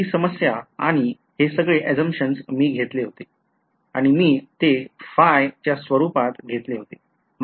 2D समस्या आणि हे सगळे assumptions मी घेतले होते आणि मी ते च्या स्वरूपात घेतले होते